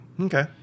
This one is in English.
Okay